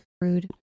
rude